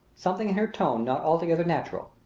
something in her tone not altogether natural.